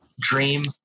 Dream